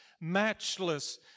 matchless